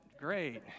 great